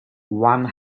one